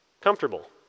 comfortable